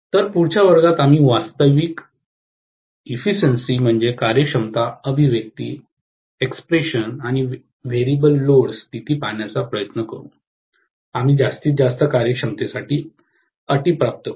तर पुढच्या वर्गात आम्ही वास्तविक कार्यक्षमता अभिव्यक्ती आणि व्हेरिएबल लोड स्थिती पाहण्याचा प्रयत्न करू आम्ही जास्तीत जास्त कार्यक्षमतेसाठी अटी प्राप्त करू